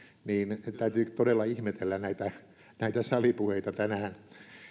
niin täytyy todella ihmetellä näitä näitä salipuheita tänään